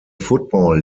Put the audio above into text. football